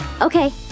Okay